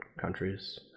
countries